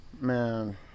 man